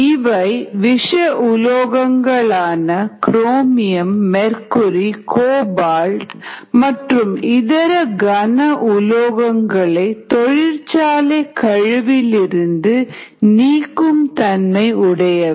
இவை விஷ உலோகங்களான குரோமியம் மெர்குரி கோபால்ட் மற்றும் இதர கன உலோகங்களை தொழிற்சாலை கழிவிலிருந்து நீக்கும் தன்மை உடையவை